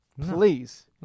Please